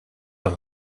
een